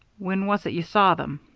when was it you saw them?